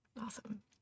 Awesome